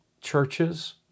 churches